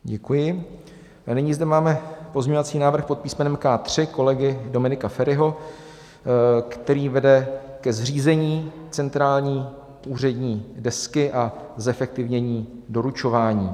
Děkuji a nyní zde máme pozměňovací návrh pod písmenem K3 kolegy Dominika Feriho, který vede ke zřízení centrální úřední desky a zefektivnění doručování.